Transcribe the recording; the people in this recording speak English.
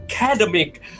academic